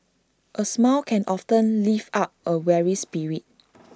A smile can often lift up A weary spirit